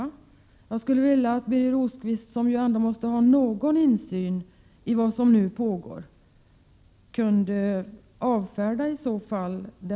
Det vore bra om Birger Rosqvist kunde stilla oron på denna punkt, Birger Rosqvist som väl ändå måste ha någon insyn i vad som pågår för närvarande.